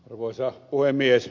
arvoisa puhemies